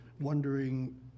wondering